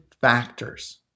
factors